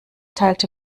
teilte